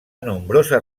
nombroses